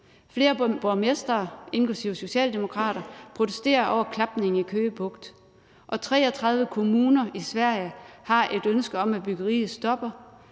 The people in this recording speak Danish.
Flere borgmestre, inklusive socialdemokratiske, protesterer over klapning i Køge Bugt, og 33 kommuner i Sverige har et ønske om, at byggeriet stopper,